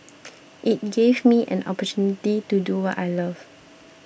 it gave me an opportunity to do what I love